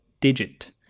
Digit